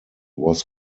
was